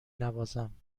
نوازم